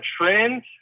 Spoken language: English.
trends